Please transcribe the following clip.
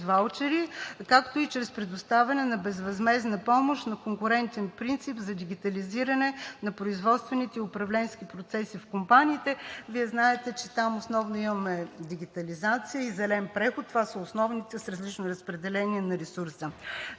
ваучери, както и чрез предоставяне на безвъзмездна помощ на конкурентен принцип за дигитализиране на производствените и управленските процеси в компаниите. Вие знаете, че там основно имаме дигитализация и зелен преход. Това са основните, с различно разпределение на ресурса.